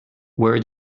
where